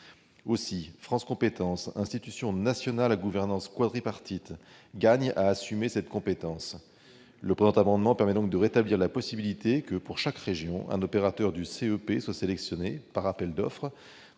Aussi, France compétences, institution nationale à gouvernance quadripartite, gagne à assumer cette compétence. Le présent amendement vise donc à rétablir la possibilité que, pour chaque région, un opérateur du CEP soit sélectionné par appel d'offres